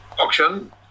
auction